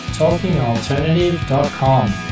talkingalternative.com